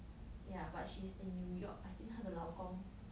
ya but she's in new york I think 他的老公